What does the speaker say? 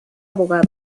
abogado